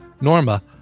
Norma